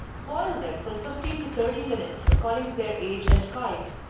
boil them from fifteen to thirty minutes, according to their age and kind.